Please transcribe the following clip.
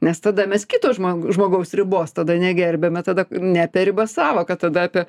nes tada mes kito žmogo žmogaus ribos tada negerbiam bet tada ne apie ribą sąvoka tada apie